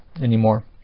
anymore